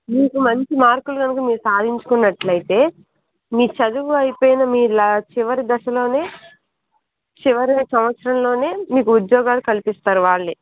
మీకు మంచి మార్కులు కనుక మీరు సాధించుకున్నట్లయితే మీ చదువు అయిపోయిన మీ లా మీ చివరి దశలోనే చివరి సంవత్సరంలోనే మీకు ఉద్యోగాలు కల్పిస్తారు వాళ్ళే